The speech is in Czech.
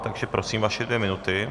Takže prosím, vaše dvě minuty.